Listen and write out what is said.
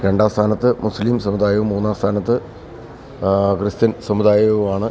രണ്ടാം സ്ഥാനത്ത് മുസ്ലിം സമുദായം മൂന്നാം സ്ഥാനത്ത് ക്രിസ്ത്യൻ സമുദായമാണ്